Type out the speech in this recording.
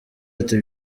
ati